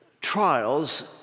trials